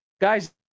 guys